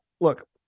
look